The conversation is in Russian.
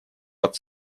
под